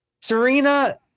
Serena